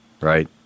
right